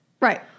Right